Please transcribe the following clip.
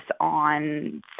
on